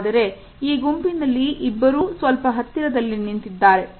ಆದರೆ ಈ ಗುಂಪಿನಲ್ಲಿ ಇಬ್ಬರೂ ಸ್ವಲ್ಪ ಹತ್ತಿರದಲ್ಲಿ ನಿಂತಿದ್ದಾರೆ